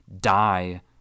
die